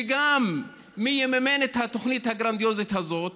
וגם מי יממן את התוכנית הגרנדיוזית הזאת,